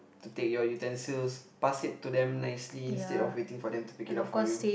to take your utensils pass it to them nicely instead of waiting for them to pick it up for you